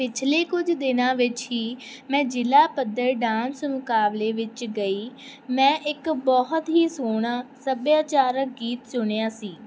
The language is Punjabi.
ਪਿਛਲੇ ਕੁਝ ਦਿਨਾਂ ਵਿੱਚ ਹੀ ਮੈਂ ਜ਼ਿਲ੍ਹਾ ਪੱਧਰ ਡਾਂਸ ਮੁਕਾਬਲੇ ਵਿੱਚ ਗਈ ਮੈਂ ਇੱਕ ਬਹੁਤ ਹੀ ਸੋਹਣਾ ਸੱਭਿਆਚਾਰਕ ਗੀਤ ਸੁਣਿਆ ਸੀ